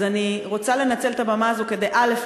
אז אני רוצה לנצל את הבמה הזו כדי, א.